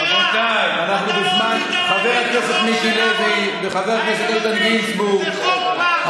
מיקי לוי וחבר הכנסת איתן גינזבורג.